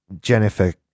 Jennifer